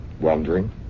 Wandering